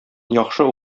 яхшы